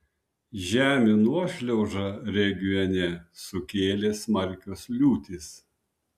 žemių nuošliaužą regione sukėlė smarkios liūtys